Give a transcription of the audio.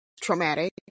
Traumatic